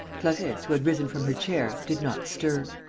clarisse, who had risen from her chair, did not stir.